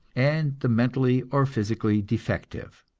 and the mentally or physically defective.